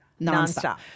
nonstop